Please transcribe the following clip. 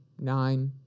Nine